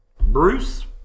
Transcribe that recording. Bruce